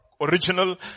original